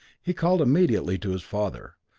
he called immediately to his father,